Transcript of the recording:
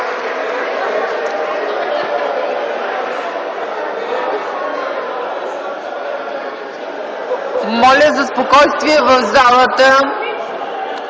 Моля за спокойствие в залата!